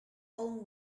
own